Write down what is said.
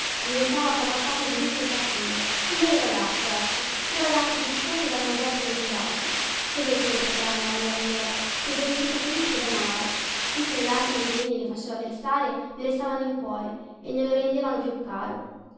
diventava a poco a poco ingiusto e cattivo un vero ragazzo ecco un ragazzo bizzoso da mangiarserlo coi baci che dolcezza per anna maria allora che dolcezza triste ed amara tutte le lacrime che egli le faceva versare le restavano in cuore e glielo rendevano più caro